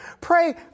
Pray